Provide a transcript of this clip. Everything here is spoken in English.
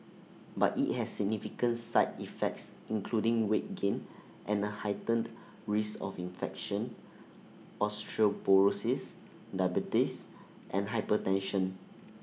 but IT has significant side effects including weight gain and A heightened risk of infection osteoporosis diabetes and hypertension